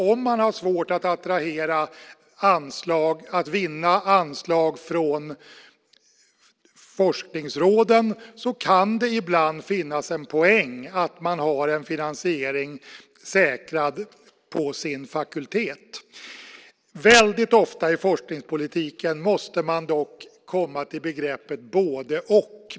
Om man har svårt att attrahera och vinna anslag från forskningsråden kan det ibland finnas en poäng i att man har en finansiering säkrad på sin fakultet. Väldigt ofta i forskningspolitiken måste man dock komma till begreppet både-och.